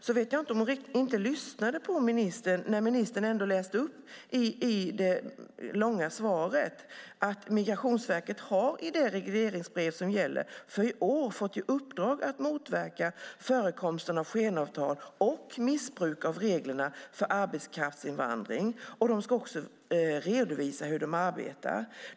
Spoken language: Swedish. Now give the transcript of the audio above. Jag vet inte om hon inte lyssnade på ministern när ministern i det långa svaret läste upp att Migrationsverket i det regleringsbrev som gäller för i år har fått i uppdrag att motverka förekomsten av skenavtal och missbruk av reglerna för arbetskraftsinvandring. De ska också redovisa hur de arbetar.